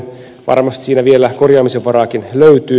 varmasti siinä vielä korjaamisen varaakin löytyy